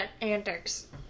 antics